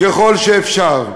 ככל שאפשר.